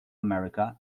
america